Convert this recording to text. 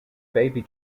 baby